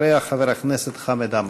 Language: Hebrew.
ואחריה, חבר הכנסת חמד עמאר.